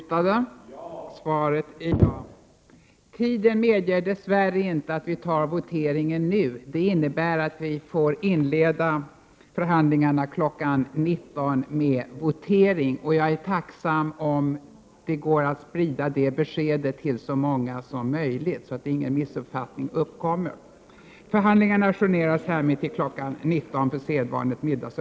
Tiden medger dess värre inte att vi tar voteringen nu. Det innebär att vi inleder förhandlingarna kl. 19.00 med votering. För att det inte skall uppstå några missförstånd vore jag tacksam om det går att sprida detta besked till så många som möjligt.